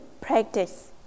practice